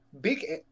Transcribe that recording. big